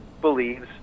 believes